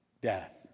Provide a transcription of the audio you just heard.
death